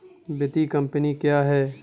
वित्तीय कम्पनी क्या है?